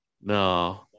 No